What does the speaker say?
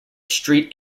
street